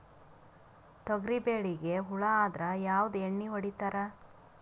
ತೊಗರಿಬೇಳಿಗಿ ಹುಳ ಆದರ ಯಾವದ ಎಣ್ಣಿ ಹೊಡಿತ್ತಾರ?